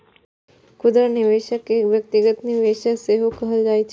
खुदरा निवेशक कें व्यक्तिगत निवेशक सेहो कहल जाइ छै